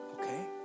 Okay